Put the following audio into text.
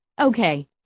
Okay